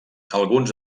alguns